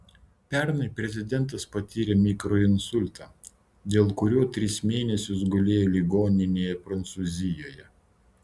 pernai prezidentas patyrė mikroinsultą dėl kurio tris mėnesius gulėjo ligoninėje prancūzijoje